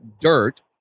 dirt